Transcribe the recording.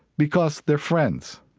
because they're friends.